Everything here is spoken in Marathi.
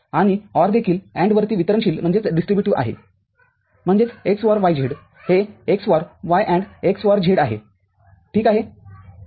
आणि OR देखील AND वरती वितरणशील आहेम्हणजेच x OR yz हे x OR y AND x OR z आहे ठीक आहे